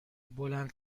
بلند